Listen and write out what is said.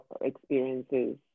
experiences